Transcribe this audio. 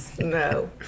No